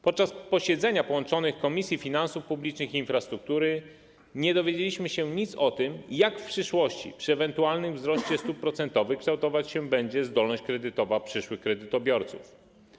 Podczas posiedzenia połączonych Komisji Finansów Publicznych i Infrastruktury nie dowiedzieliśmy się nic o tym, jak w przyszłości przy ewentualnym wzroście stóp procentowych będzie się kształtować zdolność kredytowa przyszłych kredytobiorców.